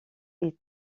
est